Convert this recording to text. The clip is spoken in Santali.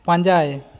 ᱯᱟᱸᱡᱟᱭ